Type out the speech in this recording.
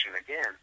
again